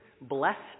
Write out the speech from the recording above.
blessed